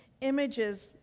images